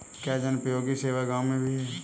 क्या जनोपयोगी सेवा गाँव में भी है?